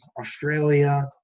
Australia